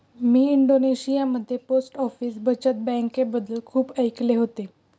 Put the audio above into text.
मी इंडोनेशियामध्ये post office बचत बँकेबद्दल खूप ऐकले होते